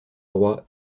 droit